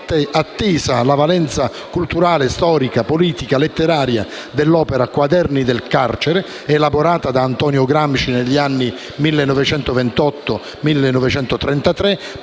attesa la valenza culturale, storica, politica, letteraria dell'opera "Quaderni del carcere", elaborata da Antonio Gramsci negli anni 1928-1933